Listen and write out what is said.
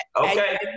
Okay